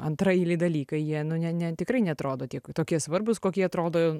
antraeiliai dalykai jie ne ne tikrai neatrodo tie tokie svarbūs kokie atrodo